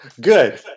Good